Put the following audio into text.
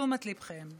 לתשומת ליבכם.